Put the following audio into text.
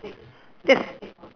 that's